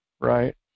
right